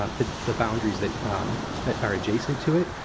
um the the boundaries that are adjacent to it.